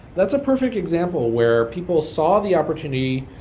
that's a perfect example where people saw the opportunity,